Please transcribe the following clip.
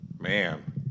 Man